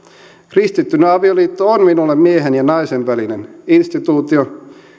kristittynä avioliitto on minulle miehen ja naisen välinen instituutio